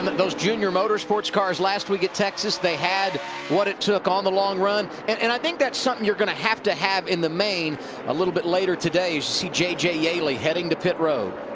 those junior motor sports cars last week at texas had what it took on the long run. and and i think that's something you're going to have to have in the main a little bit later today. you see j j. yeley headsing to pit row.